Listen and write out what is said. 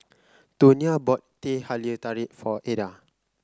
Tonia bought Teh Halia Tarik for Eda